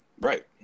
right